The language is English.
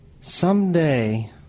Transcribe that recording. someday